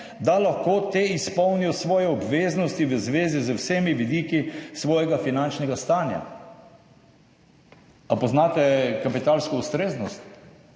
da lahko te izpolnijo svoje obveznosti v zvezi z vsemi vidiki svojega finančnega stanja. Ali poznate kapitalsko ustreznost?